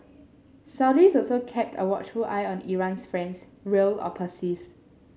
Saudis also kept a watchful eye on Iran's friends real or perceived